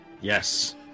Yes